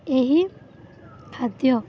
ଏହି ଖାଦ୍ୟ